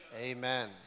Amen